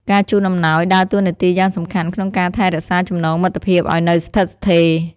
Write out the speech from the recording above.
ការជូនអំណោយដើរតួនាទីយ៉ាងសំខាន់ក្នុងការថែរក្សាចំណងមិត្តភាពឲ្យនៅស្ថិតស្ថេរ។